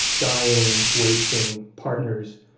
dying, wasting partners,